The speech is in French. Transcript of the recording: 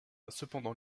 cependant